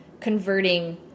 converting